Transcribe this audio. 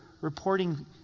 reporting